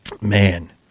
Man